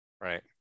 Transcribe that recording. right